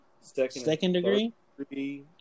second-degree